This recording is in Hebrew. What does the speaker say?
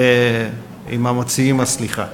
ועם המציעים הסליחה.